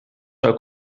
ook